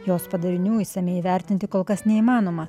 jos padarinių išsamiai įvertinti kol kas neįmanoma